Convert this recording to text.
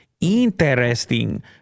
interesting